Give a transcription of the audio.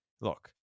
Look